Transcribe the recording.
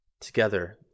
together